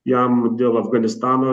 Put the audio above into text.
jam dėl afganistano